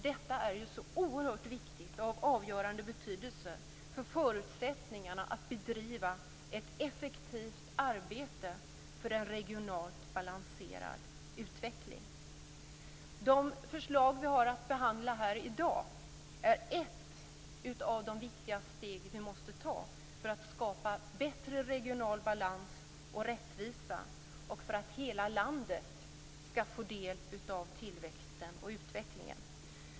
Detta är så oerhört viktigt och har avgörande betydelse för förutsättningarna att bedriva ett effektivt arbete för en regionalt balanserad utveckling. De förslag vi har att behandla i dag är ett av de viktiga steg som måste tas för att skapa bättre regional balans och rättvisa och för att hela landet skall få del av tillväxten och utvecklingen.